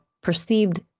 perceived